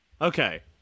okay